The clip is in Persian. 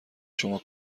شما